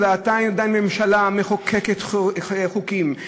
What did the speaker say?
עדיין הממשלה מחוקקת חוקים,